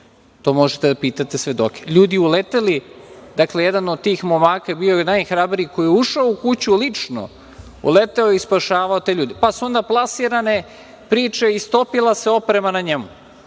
To možete da pitate svedoke. Ljudi su uleteli. Dakle, jedan od tih momaka, koji je bio najhrabriji, je ušao u kuću lično. Uleteo je i spašavao te ljude. Onda su plasirane priče – istopila se oprema na njemu,